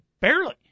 barely